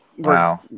Wow